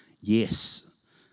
Yes